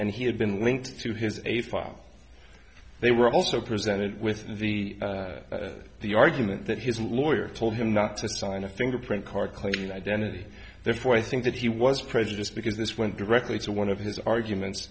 and he had been linked to his aid file they were also presented with the the argument that his lawyer told him not to sign a thing or print card claiming identity therefore i think that he was prejudiced because this went directly to one of his arguments